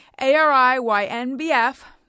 A-R-I-Y-N-B-F